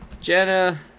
Jenna